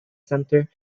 centre